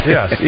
Yes